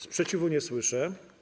Sprzeciwu nie słyszę.